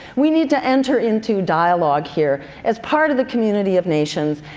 we need to enter into dialogue here as part of the community of nations.